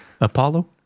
Apollo